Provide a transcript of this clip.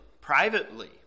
privately